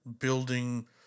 building